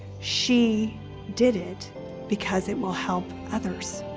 she did it because it will help others.